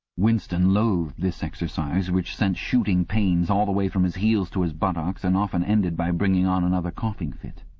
winston loathed this exercise, which sent shooting pains all the way from his heels to his buttocks and often ended by bringing on another coughing fit.